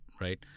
right